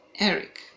Eric